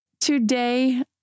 today